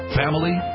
family